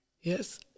Yes